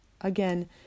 Again